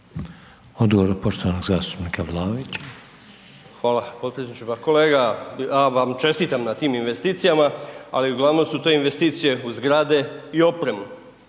Odgovor poštovanog zastupnika Vlaovića. **Vlaović, Davor (HSS)** Hvala potpredsjedniče. Pa kolega ja vam čestitam na tim investicijama, ali uglavnom su te investicije u zgrade i opremu